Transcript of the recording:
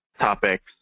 topics